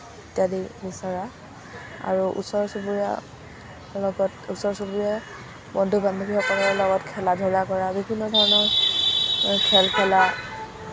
ইত্যাদি বিচৰা আৰু ওচৰ চুবুৰীয়া লগত ওচৰ চুবুৰীয়া বন্ধু বান্ধৱীসকলৰ লগত খেলা ধূলা কৰা বিভিন্ন ধৰণৰ খেল খেলা